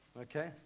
Okay